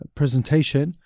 presentation